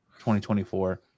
2024